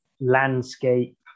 landscape